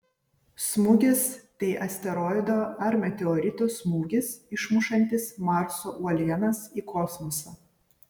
smūgis tai asteroido ar meteorito smūgis išmušantis marso uolienas į kosmosą